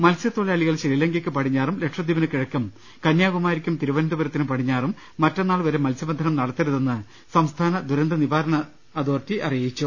മത്സ്യ ത്തൊഴിലാളികൾ ശ്രീലങ്കയ്ക്ക് പടിഞ്ഞാറും ലക്ഷദ്ധീപിന് കിഴക്കും കന്യാകുമാ രിക്കും തിരുവനന്തപുരത്തിനും പടിഞ്ഞാറും മറ്റന്നാൾ വരെ മത്സ്യബന്ധനം നട ത്തരുതെന്ന് സംസ്ഥാന ദുരന്തനിവാരണ അതോറിറ്റി അറിയിച്ചു